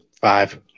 Five